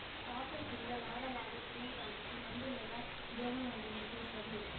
ఆకుల కింద లారవాలు తినేదానికి మందులేల దోమలనొదిలితే సరి